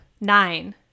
Nine